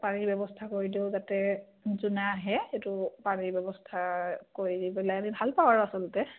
পানীৰ ব্যৱস্থা কৰি দিওঁ যাতে যোনে আহে সেইটো পানীৰ ব্যৱস্থা কৰি পেলাই আমি ভাল পাওঁ আৰু আচলতে